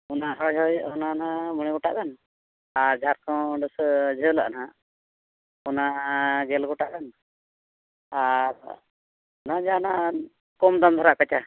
ᱚᱱᱟ ᱦᱳᱭ ᱦᱳᱭ ᱚᱱᱟ ᱚᱱᱟ ᱱᱟᱦᱟᱜ ᱢᱚᱬᱮ ᱜᱚᱴᱟᱝ ᱜᱟᱱ ᱟᱨ ᱡᱷᱟᱨᱠᱷᱚᱸᱰ ᱥᱮ ᱡᱷᱟᱹᱞᱟᱜ ᱱᱟᱦᱟᱜ ᱚᱱᱟ ᱜᱮᱞ ᱜᱚᱴᱟᱝ ᱜᱟᱱ ᱟᱨ ᱚᱱᱟ ᱡᱟᱦᱟᱱᱟᱜ ᱠᱚᱢ ᱫᱟᱢ ᱨᱮᱱᱟᱜ ᱠᱟᱪᱟ